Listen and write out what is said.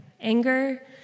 anger